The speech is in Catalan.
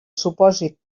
supòsit